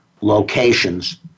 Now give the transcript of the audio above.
locations